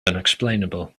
unexplainable